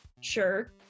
sure